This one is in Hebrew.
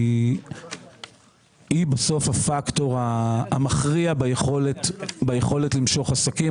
היא בסוף הפקטור המכריע ביכולת למשוך עסקים.